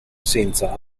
senza